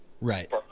Right